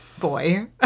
Boy